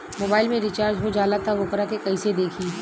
Mobile में recharge हो जाला त वोकरा के कइसे देखी?